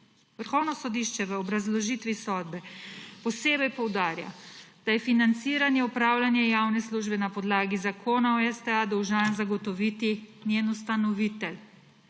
Vrhovno sodišče v obrazložitvi sodbe posebej poudarja, da je financiranje opravljanja javne službe na podlagi Zakona o STA dolžan zagotoviti njen ustanovitelj